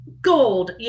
gold